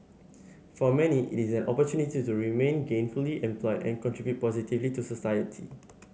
for many it is an opportunity to remain gainfully employed and contribute positively to society